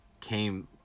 came